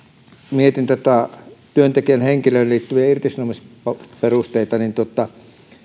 mietin näitä työntekijän henkilöön liittyviä irtisanomisperusteita niin